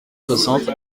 soixante